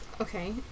Okay